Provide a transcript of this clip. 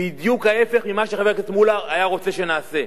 בדיוק ההיפך ממה שחבר הכנסת מולה היה רוצה שנעשה.